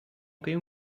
quem